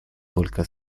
только